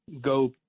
go